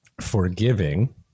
forgiving